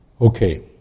Okay